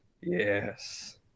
Yes